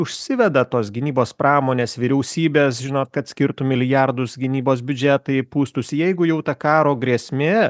užsiveda tos gynybos pramonės vyriausybės žinot kad skirtų milijardus gynybos biudžetai pūstųsi jeigu jau ta karo grėsmė